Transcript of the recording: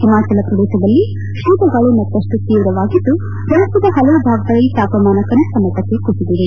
ಓಮಾಚಲ ಪ್ರದೇಶದಲ್ಲಿ ಶೀತಗಾಳಿ ಮತ್ತಷ್ಟು ತೀವ್ರವಾಗಿದ್ದು ರಾಜ್ಯದ ಪಲವು ಭಾಗಗಳಲ್ಲಿ ತಾಪಮಾನ ಕನಿಷ್ಠ ಮಟ್ಟಕ್ಕೆ ಕುಸಿದಿದೆ